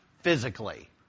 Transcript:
physically